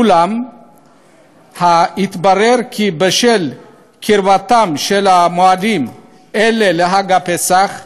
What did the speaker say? אולם התברר כי בשל קרבתם של המועדים האלה לחג הפסח,